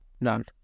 none